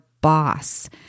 boss